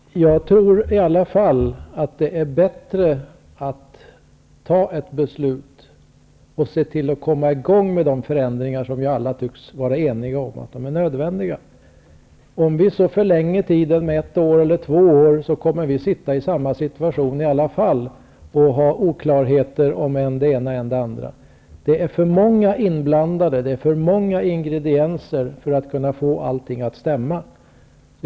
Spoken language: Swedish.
Herr talman! Jag tror i alla fall att det är bättre att fatta ett beslut och se till att förändringarna kommer igång, som vi alla tycks vara eniga om är nödvändiga. Om vi så förlänger med ett år eller två år, kommer vi att sitta i samma situation i alla fall, och det kommer att finnas oklarheter om än det ena och än det andra. Det är för många inblandande och för många ingredienser för att få allt att stämma.